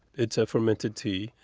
it's a fermented tea,